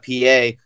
PA